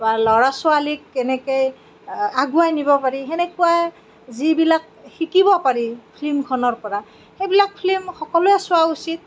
বা ল'ৰা ছোৱালীক কেনেকে আগুৱাই নিব পাৰি সেনেকুৱা যিবিলাক শিকিব পাৰি ফিল্মখনৰ পৰা সেইবিলাক ফিল্ম সকলোৱে চোৱা উচিত